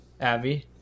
Abby